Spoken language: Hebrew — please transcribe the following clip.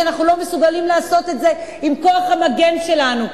כי אנחנו לא מסוגלים לעשות את זה עם כוח המגן שלנו,